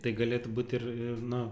tai galėtų būt ir ir na